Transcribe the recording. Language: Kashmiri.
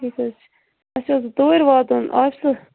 ٹھیٖک حظ چھُ اسہ اوس توٗرۍ واتُن آفسہٕ